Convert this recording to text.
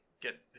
get